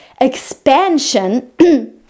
expansion